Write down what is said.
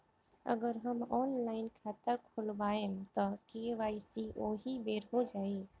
अगर हम ऑनलाइन खाता खोलबायेम त के.वाइ.सी ओहि बेर हो जाई